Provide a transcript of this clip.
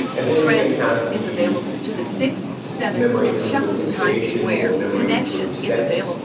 and there you're going to have the the memory through association or memory through scent.